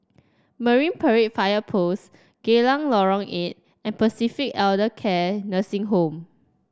Marine Parade Fire Post Geylang Lorong Eight and Pacific Elder Care Nursing Home